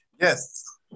Yes